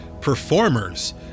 performers